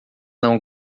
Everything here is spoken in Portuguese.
não